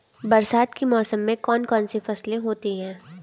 बरसात के मौसम में कौन कौन सी फसलें होती हैं?